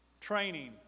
training